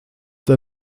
der